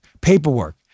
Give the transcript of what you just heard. paperwork